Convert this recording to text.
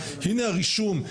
הנה הרישום,